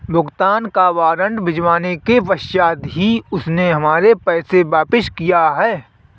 भुगतान का वारंट भिजवाने के पश्चात ही उसने हमारे पैसे वापिस किया हैं